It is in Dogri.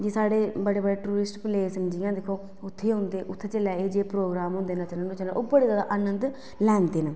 जियां साढ़े बड़े बड़े टुरिस्ट प्लेस न जियां उत्थें औंदे उत्थें जियां एह् प्रोग्राम होंदे नच्चने दे ओह् बड़े जादा आनंद लांदे न